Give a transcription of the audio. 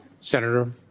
Senator